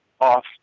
off